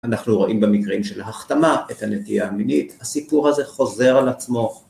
אנחנו רואים במקרים של החתמה את הנטייה המינית, הסיפור הזה חוזר על עצמו.